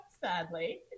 Sadly